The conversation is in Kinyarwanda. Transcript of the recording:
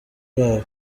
babo